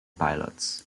pilots